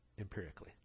empirically